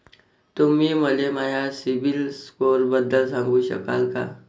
तुम्ही मले माया सीबील स्कोअरबद्दल सांगू शकाल का?